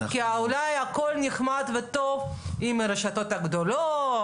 כי אולי הכול נחמד וטוב עם הרשתות הגדולות,